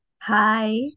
Hi